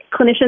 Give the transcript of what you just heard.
clinicians